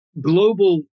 Global